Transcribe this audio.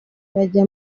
bajya